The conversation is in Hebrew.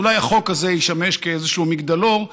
אז אולי החוק הזה ישמש איזשהו מגדלור,